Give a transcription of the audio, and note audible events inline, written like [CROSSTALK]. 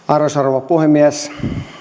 [UNINTELLIGIBLE] arvoisa rouva puhemies